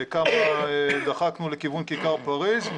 דחקנו לכיוון כיכר פריז,